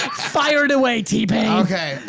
fire it away t-pain. okay,